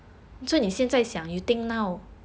所以你现在想 you think now